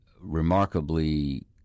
remarkably